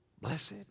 Blessed